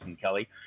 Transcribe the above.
Kelly